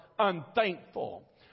unthankful